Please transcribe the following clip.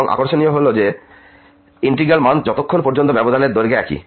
এবং আকর্ষণীয় অংশ হল যে ইন্টিগ্র্যাল মান যতক্ষণ পর্যন্ত ব্যবধানের দৈর্ঘ্য একই